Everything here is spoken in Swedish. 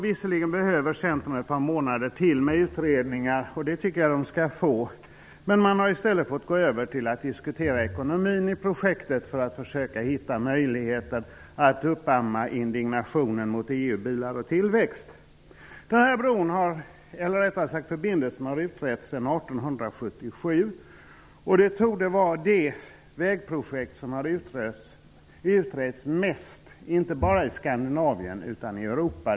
Visserligen behöver Centern ett par månader till av utredningar -- och det tycker jag att man skall få -- men man har i stället fått gå över till att diskutera projektets ekonomi för att försöka hitta möjligheter att uppamma indignation mot EU, bilar och tillväxt. Denna förbindelse har utretts sedan 1877. Det torde vara det vägprojekt som har utretts mest, inte bara i Skandinavien utan i hela Europa.